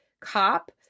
cop